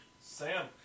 Sam